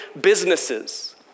businesses